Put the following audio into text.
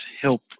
help